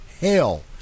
hell